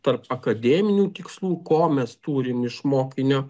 tarp akademinių tikslų ko mes turim iš mokinio